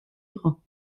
იყო